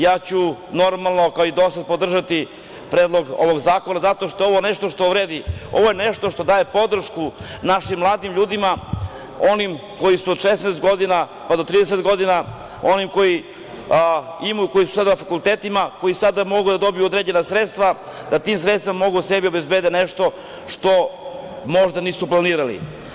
Ja ću kao i do sada podržati Predlog ovog zakona zato što je ovo nešto što vredi, ovo je nešto što daje podršku našim mladim ljudima onim kojim su od 16 do 30 godina, onima koji su sada na fakultetima, koji sada mogu da dobiju određena sredstva, da tim sredstvima mogu sebi da obezbede nešto što možda nisu planirali.